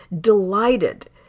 delighted